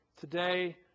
today